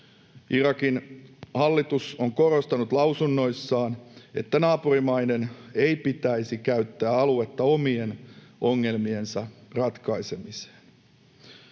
Irakin hallitus on korostanut lausunnoissaan, että naapurimaiden ei pitäisi käyttää aluetta omien ongelmiensa ratkaisemiseen.